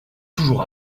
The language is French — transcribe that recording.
toujours